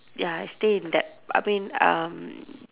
ya I stay in that I mean um